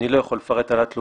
אני לא יכול לפרט על התלונה.